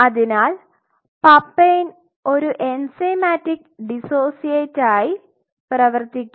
അതിനാൽ പപ്പൈൻ ഒരു എൻസൈമാറ്റിക് ഡിസോസിയേറ്റായി പ്രവർത്തിക്കും